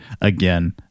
again